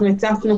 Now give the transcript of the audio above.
הצפנו,